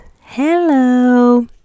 Hello